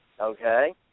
okay